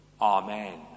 Amen